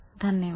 धन्यवाद